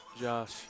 josh